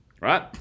right